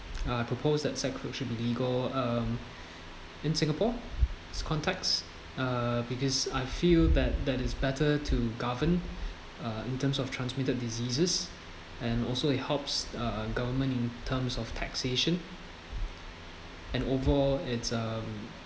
I propose that sex work should be legal um in singapore's context err because I feel that that is better to govern uh in terms of transmitted diseases and also it helps uh government in terms of taxation and overall it's um